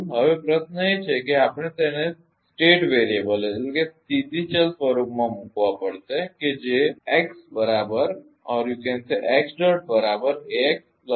હવે પ્રશ્ન એ છે કે આપણે તેને સ્થિતી ચલ સ્વરૂપમાં મૂકવા પડશે કે જે Ẋ AX p BU